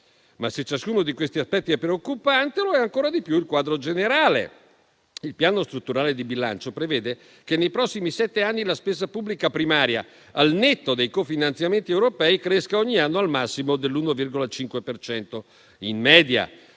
Se ciascuno di questi aspetti è preoccupante, lo è ancora di più il quadro generale. Il Piano strutturale di bilancio prevede che nei prossimi sette anni la spesa pubblica primaria, al netto dei cofinanziamenti europei, cresca ogni anno al massimo dell'1,5 per cento.